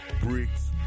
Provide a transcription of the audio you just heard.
bricks